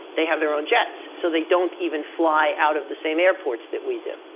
they have their own jets, so they don't even fly out of the same airports that we do.